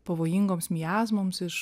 pavojingoms miazmoms iš